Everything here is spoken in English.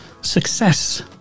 success